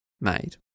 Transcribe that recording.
made